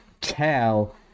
tell